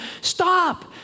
stop